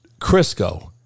Crisco